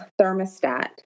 thermostat